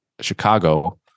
Chicago